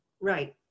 Right